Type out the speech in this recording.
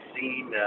seen